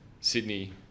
Sydney